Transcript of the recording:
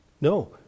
No